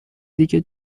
دیگه